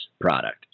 product